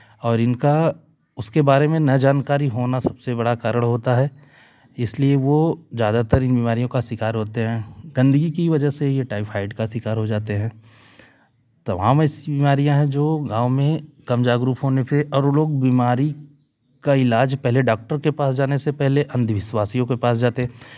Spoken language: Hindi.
और इनका उसके बारे में ना जानकारी होना सबसे बड़ा कारण होता है इसलिए वो ज्यादातर इन बीमारियों का शिकार होते है गंदगी की वजह से ये टायफॉईड का शिकार हो जाते हैं तमाम हम ऐसी बीमारियाँ हैं जो गाँव में कम जागरूक होने से और वो लोग बीमारी का इलाज पहले डॉक्टर के पास जाने से पहले अंधविश्वासियों के पास जाते